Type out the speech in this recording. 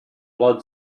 blood